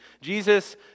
Jesus